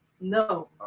No